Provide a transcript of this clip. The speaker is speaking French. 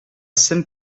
saint